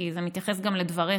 כי זה מתייחס גם לדבריך,